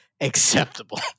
acceptable